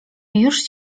już